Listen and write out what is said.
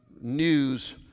news